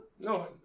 No